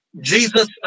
Jesus